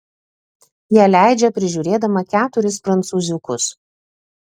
ją leidžia prižiūrėdama keturis prancūziukus